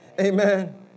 Amen